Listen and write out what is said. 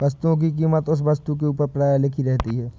वस्तुओं की कीमत उस वस्तु के ऊपर प्रायः लिखी रहती है